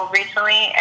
recently